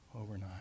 overnight